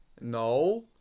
No